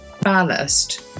ballast